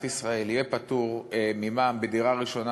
ישראל יהיה פטור ממע"מ בדירה ראשונה,